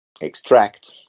extract